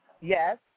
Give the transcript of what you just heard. Yes